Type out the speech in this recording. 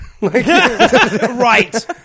Right